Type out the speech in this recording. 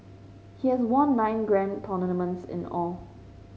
he has won nine grand tournaments in all